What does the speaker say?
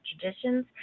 traditions